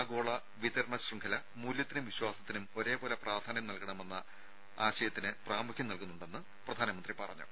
ആഗോള വിതരണ ശൃംഖല മൂല്യത്തിനും വിശ്വാസത്തിനും ഒരേപോലെ പ്രാധാന്യം നൽകണമെന്ന ആശയത്തിനും പ്രാമുഖ്യം നൽകുന്നുണ്ടെന്ന് പ്രധാനമന്ത്രി പറഞ്ഞു